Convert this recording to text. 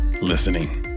listening